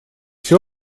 все